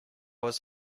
was